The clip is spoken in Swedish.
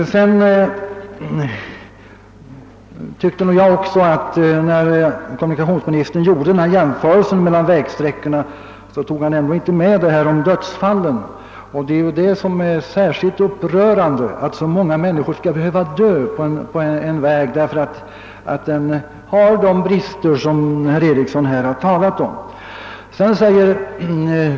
Även jag fäste mig emellertid vid att kommunikationsministern, när han gjorde sin jämförelse mellan vägsträckorna, inte tog med uppgifterna om antalet dödsfall. Vad som är särskilt upprörande är ju att så många människor skall behöva dö på en väg därför att den har de brister som herr Eriksson i Bäckmora här påtalat.